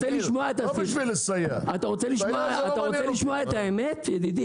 לא בשביל לסייע --- אתה רוצה לשמע את האמת ידידי?